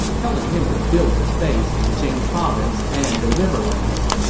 telling him to build his base in jing province and the riverlands.